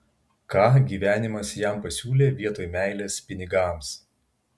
ką gyvenimas jam pasiūlė vietoj meilės pinigams